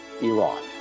Iran